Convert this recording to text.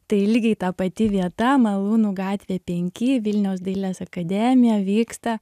tai lygiai ta pati vieta malūnų gatvė penki vilniaus dailės akademija vyksta